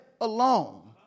alone